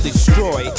destroy